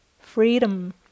freedom